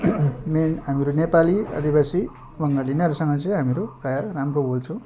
main हाम्रो नेपाली आदिवासी बङ्गाली यिनीहरूसँग चाहिँ हामीहरू प्रायः राम्रो बोल्छौँ